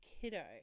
Kiddo